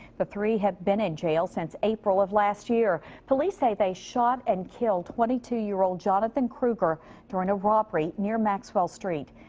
the three have been in jail since april of last year. police say they shot and killed twenty two year old jonathan krueger during a robbery near maxwell street.